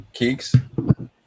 Keeks